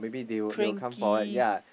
cranky